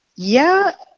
yeah,